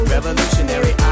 Revolutionary